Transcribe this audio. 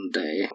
day